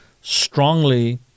strongly